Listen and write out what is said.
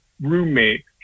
roommate